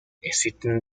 existen